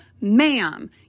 ma'am